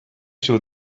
show